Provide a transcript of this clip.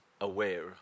aware